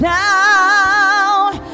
now